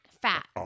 fat